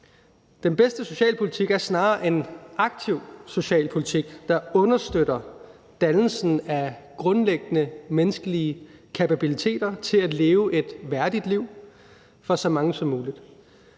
Den bedste socialpolitik er snarere en aktiv socialpolitik, der understøtter dannelsen af grundlæggende menneskelige kapabiliteter til at leve et værdigt liv for så mange som muligt.